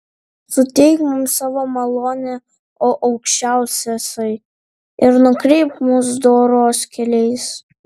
suteik mums savo malonę o aukščiausiasai ir nukreipk mus doros keliais